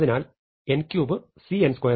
അതിനാൽ n3 c